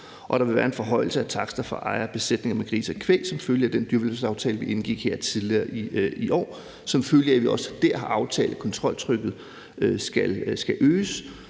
og der vil være en forhøjelse af taksterne for eje af besætninger med grise og kvæg som følge af den dyrevelfærdsaftale, som vi indgik her tidligere i år, og som følge af at vi også dér har aftalt, at kontroltrykket skal øges,